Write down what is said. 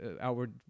outward